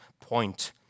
point